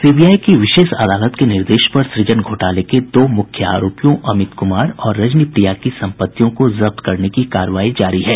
CBI की विशेष अदालत के निर्देश पर सुजन घोटाले के दो मुख्य आरोपियों अमित कुमार और रजनी प्रिया की सम्पत्तियों को जब्त करने की कार्रवाई जारी है